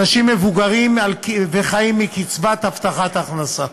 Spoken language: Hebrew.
אנשים מבוגרים וחיים מקצבת הבטחת הכנסה.